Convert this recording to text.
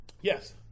Yes